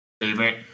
favorite